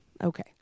Okay